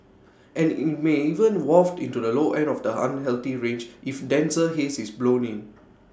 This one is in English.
and IT may even waft into the low end of the unhealthy range if denser haze is blown in